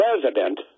president